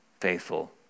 faithful